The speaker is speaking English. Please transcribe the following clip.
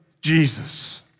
Jesus